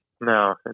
No